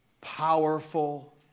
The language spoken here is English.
powerful